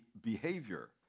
behavior